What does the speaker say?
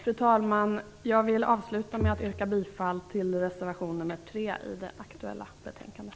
Fru talman! Jag vill avsluta med att yrka bifall till reservation 3 i det aktuella betänkandet.